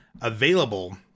available